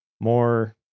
more